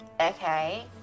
okay